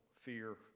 fear